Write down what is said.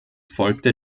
folgte